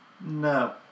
No